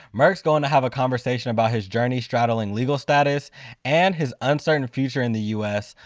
merk's going to have a conversation about his journey straddling legal status and his uncertain future in the u s.